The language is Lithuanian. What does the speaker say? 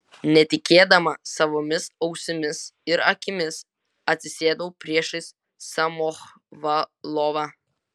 netikėdama savomis ausimis ir akimis atsisėdau priešais samochvalovą